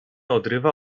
odrywa